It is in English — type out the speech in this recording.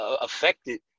affected